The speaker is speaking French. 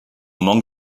manque